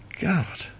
God